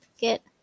get